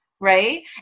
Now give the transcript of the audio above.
right